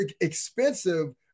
expensive